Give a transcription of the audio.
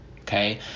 okay